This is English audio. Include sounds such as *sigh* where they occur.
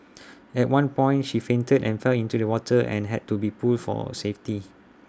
*noise* at one point she fainted and fell into the water and had to be pulled for safety